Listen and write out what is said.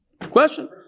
Question